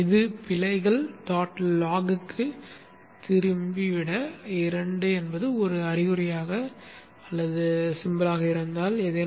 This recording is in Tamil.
இது 2 என்றால் பிழைகளுக்குத் திருப்பிவிடவும் log என்பது பிழைகள் இருப்பின் ஒரு அறிகுறி மட்டுமே